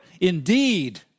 indeed